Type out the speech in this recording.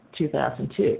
2002